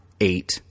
eight